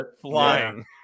flying